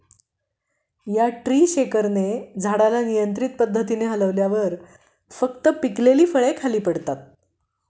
या ट्री शेकरने झाडाला नियंत्रित पद्धतीने हलवल्यावर फक्त पिकलेली फळे खाली पडतात